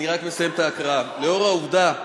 פוגרום,